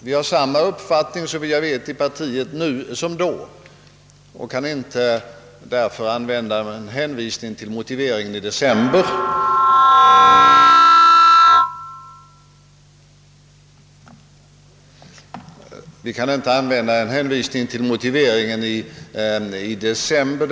Vi har inom partiet såvitt jag vet samma uppfattning nu som då och kan därför inte hänvisa till motiveringen från december.